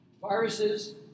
Viruses